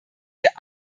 wir